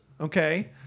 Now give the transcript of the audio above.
okay